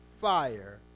fire